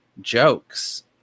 jokes